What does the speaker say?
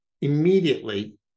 immediately